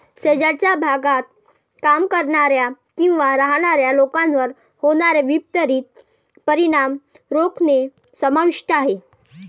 शेजारच्या भागात काम करणाऱ्या किंवा राहणाऱ्या लोकांवर होणारे विपरीत परिणाम रोखणे समाविष्ट आहे